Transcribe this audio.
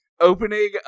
opening